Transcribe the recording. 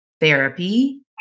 therapy